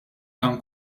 dan